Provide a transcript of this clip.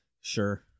Sure